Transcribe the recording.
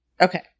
Okay